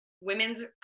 women's